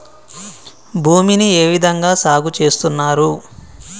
భూమిని ఏ విధంగా సాగు చేస్తున్నారు?